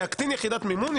אבל להקטין יחידות מימון,